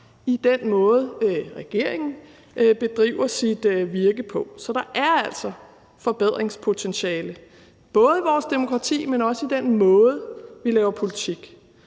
den måde, regeringen bedriver sit virke på. Så der er altså forbedringspotentiale, både i vores demokrati, men også i den måde, vi laver politik